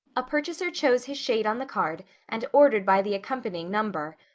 a purchaser chose his shade on the card and ordered by the accompanying number.